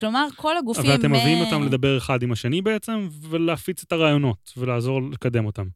כלומר כל הגופים... - אבל אתם מביאים אותם לדבר אחד עם השני בעצם, ולהפיץ את הרעיונות ולעזור לקדם אותם.